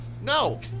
No